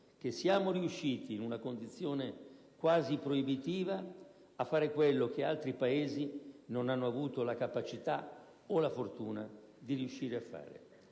che siamo riusciti, in una condizione quasi proibitiva, a fare quello che altri Paesi non hanno avuto la capacità o la fortuna di riuscire a fare.